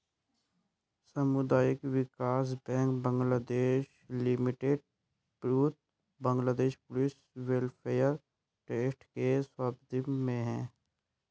सामुदायिक विकास bank Bangladesh limited पूर्णतः बांग्लादेश पुलिस वेलफेयर ट्रस्ट के स्वामित्व में है